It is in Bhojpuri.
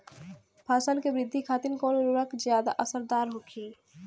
फसल के वृद्धि खातिन कवन उर्वरक ज्यादा असरदार होखि?